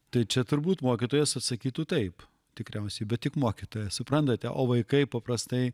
tai čia turbūt mokytojas atsakytų taip tikriausiai bet tik mokytojas suprantate o vaikai paprastai